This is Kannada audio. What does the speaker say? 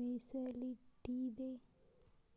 ಮೇಸಲಿಟ್ಟಿದೆ?